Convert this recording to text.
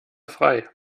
frei